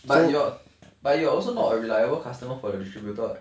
but you're but you're also not a reliable customer for the distributor [what]